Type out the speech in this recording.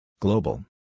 Global